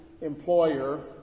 employer